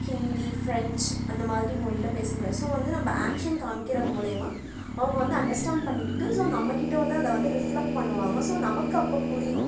Hindi French அந்தமாதிரி மொழியில் பேசமுடியாது ஸோ வந்து நம்ம ஆக்ஷன் காமிக்கிற மூலிமா அவங்க வந்து அண்டர்ஸ்டாண்ட் பண்ணிக்கிட்டு ஸோ நம்மகிட்ட வந்து அதை வந்து ரிஃப்லெக்ட் பண்ணுவாங்க ஸோ நமக்கு அப்போ புரியும்